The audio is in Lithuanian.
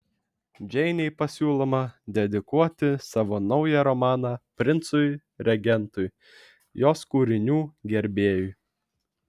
džeinei pasiūloma dedikuoti savo naują romaną princui regentui jos kūrinių gerbėjui